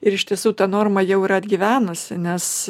ir iš tiesų ta norma jau yra atgyvenusi nes